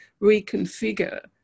reconfigure